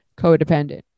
codependent